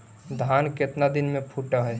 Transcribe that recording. धान केतना दिन में फुट है?